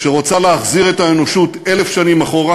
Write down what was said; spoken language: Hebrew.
שרוצה להחזיר את האנושות 1,000 שנים אחורה,